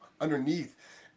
underneath